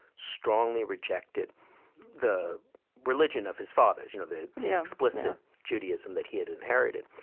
strongly rejected the religion of his fathers, you know the yeah explicit judaism that he had inherited.